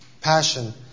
Passion